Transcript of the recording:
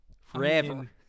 forever